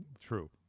True